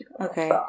Okay